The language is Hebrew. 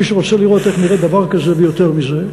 מי שרוצה לראות איך נראה דבר כזה ויותר מזה,